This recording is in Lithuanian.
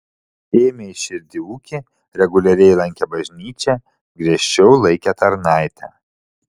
ėmė į širdį ūkį reguliariai lankė bažnyčią griežčiau laikė tarnaitę